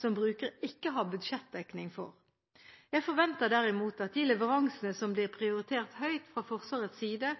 som bruker ikke har budsjettdekning for. Jeg forventer derimot at de leveransene som blir prioritert høyt fra Forsvarets side,